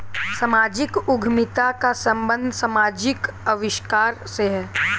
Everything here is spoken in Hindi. सामाजिक उद्यमिता का संबंध समाजिक आविष्कार से है